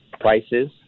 prices